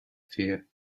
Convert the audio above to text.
fear